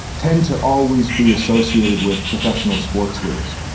tend to always be associated with professional sports leagues,